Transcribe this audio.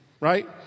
Right